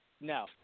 no